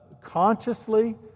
Consciously